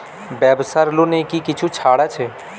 ব্যাবসার লোনে কি কিছু ছাড় আছে?